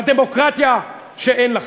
בדמוקרטיה שאין לכם.